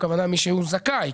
הכוונה מי שהוא זכאי.